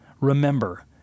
remember